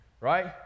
right